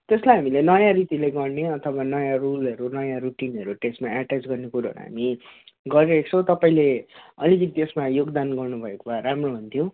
त्यसलाई हामीले नयाँ रीतिले गर्ने अथवा नयाँ रुलहरू नयाँ रुटिनहरू त्यसमा एट्याच गर्ने कुरोहरू हामी गरिरहेको छु तपाईँले अलिकति त्यसमा योगदान गर्नु भएको भए राम्रो हुन्थ्यो